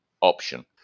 option